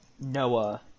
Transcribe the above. Noah